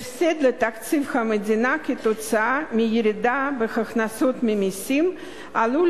ההפסד לתקציב המדינה כתוצאה מירידה בהכנסות ממסים עלול